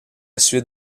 suite